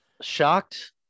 shocked